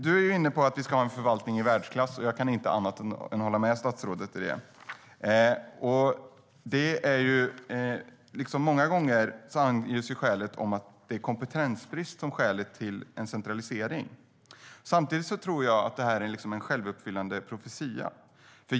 Du är inne på att vi ska ha en förvaltning i världsklass. Jag kan inte annat än att hålla med statsrådet i det. Många gånger anges att det är kompetensbrist som är skälet till en centralisering. Samtidigt är det en självuppfyllande profetia.